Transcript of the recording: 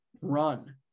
run